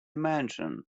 mansion